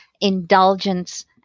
indulgence